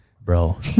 bro